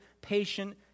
patient